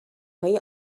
های